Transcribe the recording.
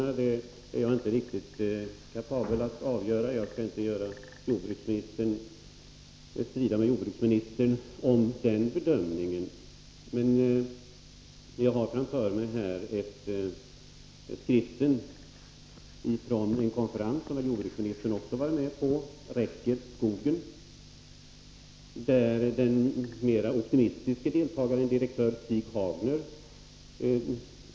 Jag är inte kapabel att avgöra det, och jag skall inte strida med jordbruksministern om den bedömningen. Men jag har framför mig en skrift från en konferens som också jordbruksministern deltog i. Skriften har titeln ”Räcker skogen?”. Där refereras ett anförande av en mer optimistisk deltagare, direktör Stig Hagner.